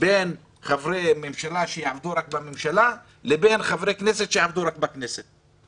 בין חברי ממשלה שיעבדו רק בממשלה לבין חברי כנסת שיעבדו רק בכנסת.